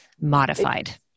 modified